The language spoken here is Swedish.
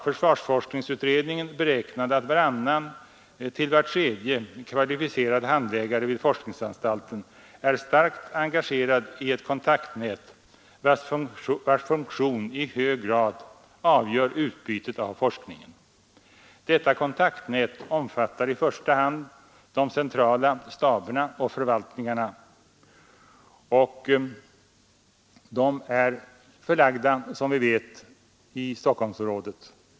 Försvarsforskningsutredningen beräknade att varannan—var tredje kvalificerad handläggare vid forskningsanstalten är starkt engagerad i ett kontaktnät, vars funktion i hög grad avgör utbytet av forskningen. Detta kontaktnät omfattar i första hand de centrala staberna och förvaltningarna, och dessa är som vi vet förlagda i Stockholmsområdet.